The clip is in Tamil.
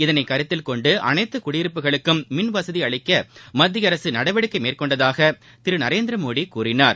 இதனை கருத்தில் கொண்டு அனைத்து குடியிருப்புகளுக்கும் மின்வசதி அளிக்க மத்திய அரக நடவடிக்கை மேற்கொண்டதாக திரு நரேந்திரமோடி கூறினார்